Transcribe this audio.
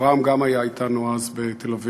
אברהם גם היה אתנו, בתל-אביב,